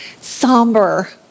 somber